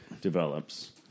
Develops